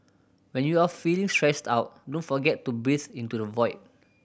when you are feeling stressed out don't forget to breathe into the void